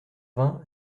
vingt